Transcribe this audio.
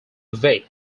vic